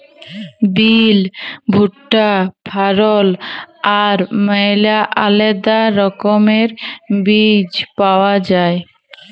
বিল, ভুট্টা, ফারল আর ম্যালা আলেদা রকমের বীজ পাউয়া যায়